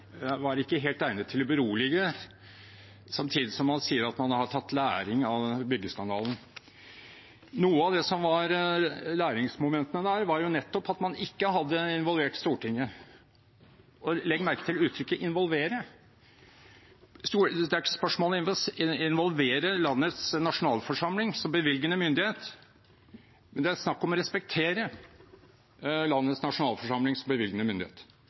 var ikke helt egnet til å berolige, samtidig som man sier at man har tatt læring av byggeskandalen. Noe av det som var læringsmomentene der, var jo nettopp at man ikke hadde involvert Stortinget, og legg merke til uttrykket «involvere». Det er ikke et spørsmål om å involvere landets nasjonalforsamling som bevilgende myndighet, men det er snakk om å respektere landets